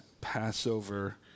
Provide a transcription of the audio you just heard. Passover